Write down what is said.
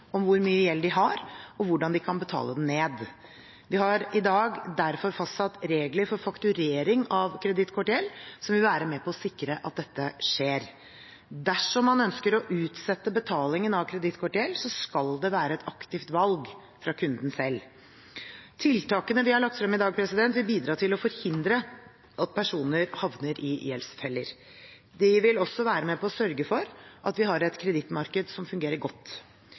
om hvor mye gjeld de har, og hvordan de kan betale den ned. Vi har i dag derfor fastsatt regler for fakturering av kredittkortgjeld som vil være med på å sikre at dette skjer. Dersom man ønsker å utsette betalingen av kredittkortgjeld, skal det være et aktivt valg fra kunden selv. Tiltakene vi har lagt frem i dag, vil bidra til å forhindre at personer havner i gjeldsfeller. De vil også være med på å sørge for at vi har et kredittmarked som fungerer godt.